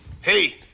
hey